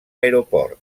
aeroport